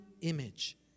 image